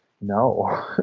no